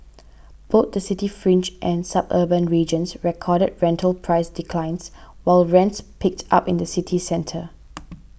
both the city fringe and suburban regions recorded rental price declines while rents picked up in the city centre